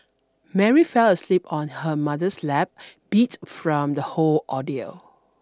Mary fell asleep on her mother's lap beat from the whole ordeal